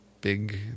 big